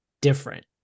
different